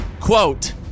Quote